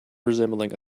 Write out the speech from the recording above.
resembling